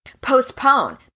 Postpone